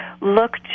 look